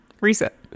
Reset